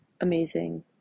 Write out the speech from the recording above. amazing